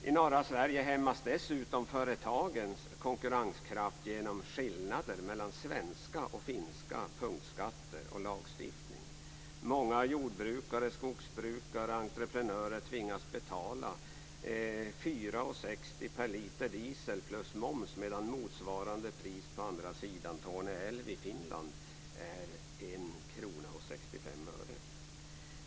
I norra Sverige hämmas dessutom företagens konkurrenskraft av skillnader mellan svenska och finska punktskatter och mellan svensk och finsk lagstiftning. Många jordbrukare, skogsbrukare och entreprenörer tvingas betala 4:60 kr per liter diesel plus moms medan motsvarande pris på andra sidan Torne älv i Finland är 1:65 kr.